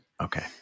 okay